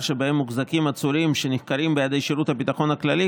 שבהם מוחזקים עצורים שנחקרים בידי שירות הביטחון הכללי,